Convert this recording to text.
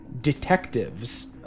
detectives